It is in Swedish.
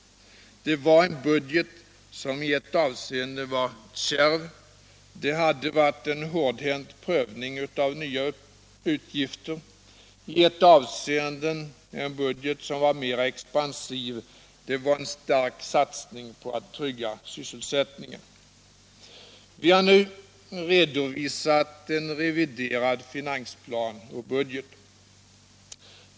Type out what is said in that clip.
Det var en budget som i ett avseende var kärv — det hade varit en hårdhänt prövning av nya utgifter — och i ett avseende mera expansiv; det var en stark satsning på att trygga sysselsättningen. Vi har nu redovisat en reviderad finansplan och budget.